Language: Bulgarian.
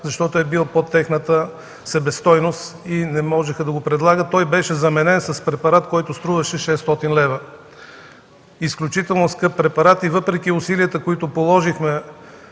защото е бил под тяхната себестойност и не можеха да го предлагат. Той беше заменен с препарат, който струваше 600 лв. – изключително скъп препарат и въпреки усилията, които положихме